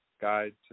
Guide